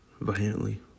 violently